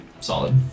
solid